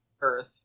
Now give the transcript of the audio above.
earth